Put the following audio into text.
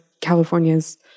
California's